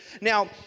Now